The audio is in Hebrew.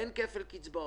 לא יהיה כפל קצבאות.